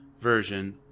version